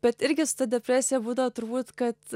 bet irgi su ta depresija būdavo turbūt kad